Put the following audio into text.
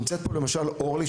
נמצאת פה למשל אורלי,